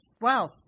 Wow